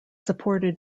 supported